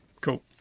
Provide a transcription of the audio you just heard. Cool